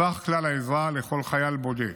סך כלל העזרה לכל חייל בודד